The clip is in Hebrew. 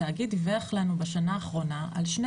התאגיד דיווח לנו בשנה האחרונה על שני